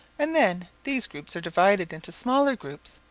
and then these groups are divided into smaller groups,